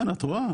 כן, את רואה.